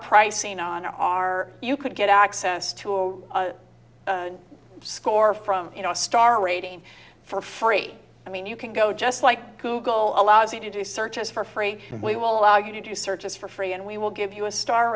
pricing on our you could get access to a score from you know a star rating for free i mean you can go just like google allows you to do searches for free and we will allow you to do searches for free and we will give you a star